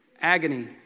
agony